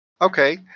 Okay